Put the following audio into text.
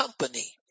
company